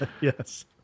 Yes